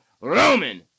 Roman